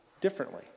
differently